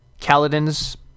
Kaladin's